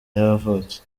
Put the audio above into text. yavutse